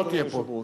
אדוני היושב-ראש,